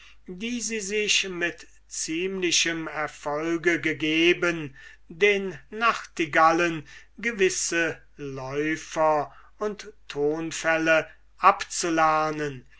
die sie sich mit ziemlichem erfolge gegeben den nachtigallen gewisse läufer und tonfälle abzulernen